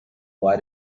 why